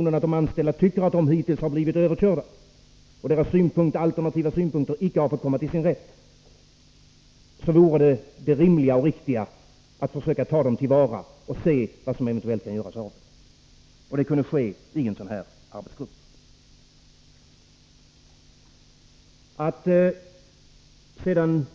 men om de anställda tycker att de har blivit överkörda och att deras alternativa synpunkter inte har fått komma till sin rätt, vore det rimligt och riktigt att försöka ta dem till vara och se vad som eventuellt kan göras av dem, och det kunde ske i en arbetsgrupp, som vi har föreslagit.